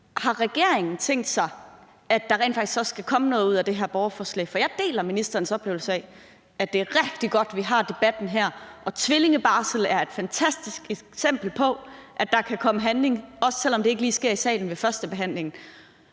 Har regeringen tænkt sig, at der rent faktisk også skal komme noget ud af det her borgerforslag? For jeg deler ministerens oplevelse af, at det er rigtig godt, vi har debatten her, og tvillingebarsel er et fantastisk eksempel på, at der kan komme handling, også selv om det ikke lige sker i salen ved førstebehandlingen.